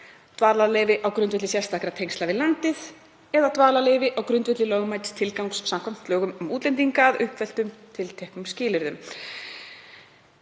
dvalarleyfi á grundvelli sérstakra tengsla við landið eða dvalarleyfi á grundvelli lögmæts tilgangs samkvæmt lögum um útlendinga að uppfylltum tilteknum skilyrðum.